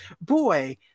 boy